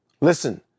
Listen